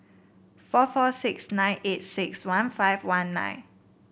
four four six nine eight six one five one nine